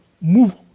Move